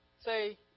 say